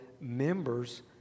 members